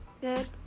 good